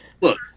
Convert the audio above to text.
look